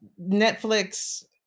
Netflix